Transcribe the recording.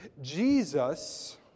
Jesus